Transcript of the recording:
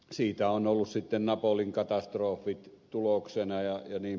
siitä on ollut sitten napolin katastrofit tuloksena jnp